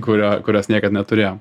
kurią kurios niekad neturėjom